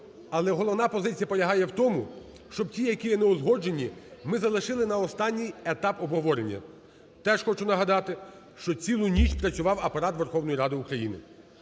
Але головна позиція полягає в тому, щоб ті, які є неузгоджені, ми залишили на останній етап обговорення. Теж хочу нагадати, що цілу ніж працював Апарат Верховної Ради України.